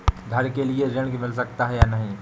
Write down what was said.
घर के लिए ऋण मिल सकता है या नहीं?